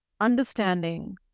understanding